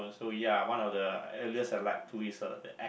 so ya one of the alias I like to is uh